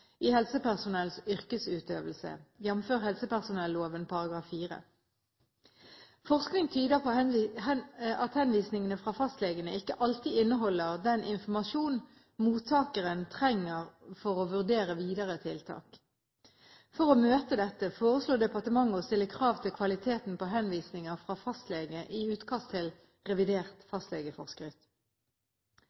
i helsepersonellets yrkesutøvelse, jf. helsepersonelloven § 4. Forskning tyder på at henvisningene fra fastlegene ikke alltid inneholder den informasjon mottakeren trenger for å vurdere videre tiltak. For å møte dette foreslår departementet å stille krav til kvaliteten på henvisninger fra fastlege i utkastet til revidert fastlegeforskrift.